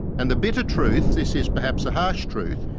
and the bitter truth, this is perhaps a harsh truth,